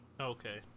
Okay